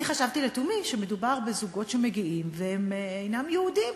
אני חשבתי לתומי שמדובר בזוגות שמגיעים והם אינם יהודים,